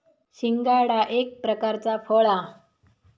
शिंगाडा एक प्रकारचा फळ हा